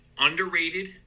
underrated